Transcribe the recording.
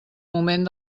moment